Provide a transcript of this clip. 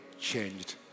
changed